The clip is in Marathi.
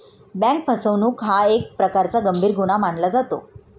बँक फसवणूक हा एक प्रकारचा गंभीर गुन्हा मानला जातो